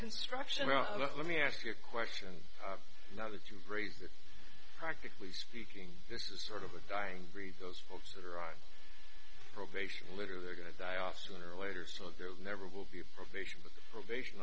construction well let me ask you a question now that you've raised it practically speaking this is sort of a dying breed those folks that are on probation litter they're going to die off sooner or later so if there was never will be a probation the probation